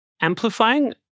amplifying